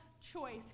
choice